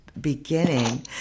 beginning